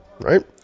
Right